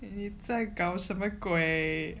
你在搞什么鬼